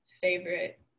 favorite